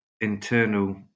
internal